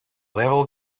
level